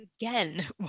Again